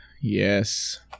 Yes